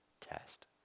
test